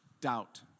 doubt